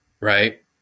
right